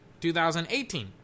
2018